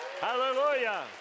Hallelujah